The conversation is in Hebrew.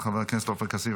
חברת הכנסת עאידה תומא סלימאן,